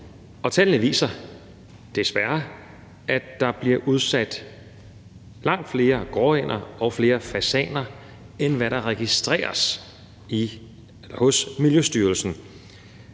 desværre viser, at der bliver udsat langt flere gråænder og flere fasaner, end hvad der registreres hos Miljøstyrelsen.